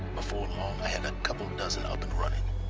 before long and couple dozen up and running